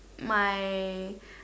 my